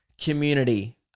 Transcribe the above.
community